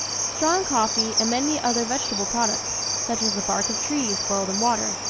strong coffee, and many other vegetable products, such as the bark of trees boiled in water,